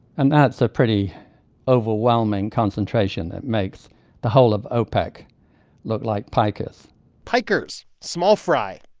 and that's a pretty overwhelming concentration that makes the whole of opec look like pikers pikers small fry.